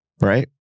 Right